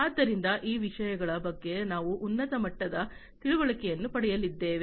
ಆದ್ದರಿಂದ ಈ ವಿಷಯಗಳ ಬಗ್ಗೆ ನಾವು ಉನ್ನತ ಮಟ್ಟದ ತಿಳುವಳಿಕೆಯನ್ನು ಪಡೆಯಲಿದ್ದೇವೆ